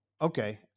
okay